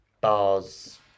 bars